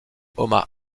omar